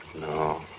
No